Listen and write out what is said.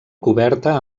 coberta